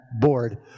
board